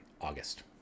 august